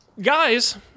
guys